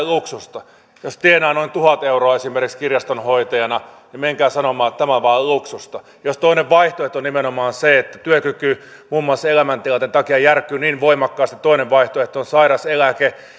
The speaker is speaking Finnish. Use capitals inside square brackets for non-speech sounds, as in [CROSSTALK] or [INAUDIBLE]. [UNINTELLIGIBLE] luksusta jos tienaa noin tuhat euroa esimerkiksi kirjastonhoitajana niin menkää sanomaan että tämä on vain luksusta jos toinen vaihtoehto on nimenomaan se että työkyky muun muassa elämäntilanteen takia järkkyy niin voimakkaasti että toinen vaihtoehto on sairauseläke